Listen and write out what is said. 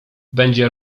będzie